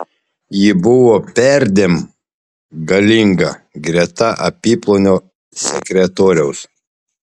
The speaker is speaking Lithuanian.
ji buvo perdėm galinga greta apyplonio sekretoriaus